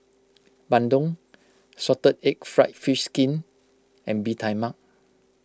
Bandung Salted Egg Fried Fish Skin and Bee Tai Mak